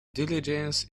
diligence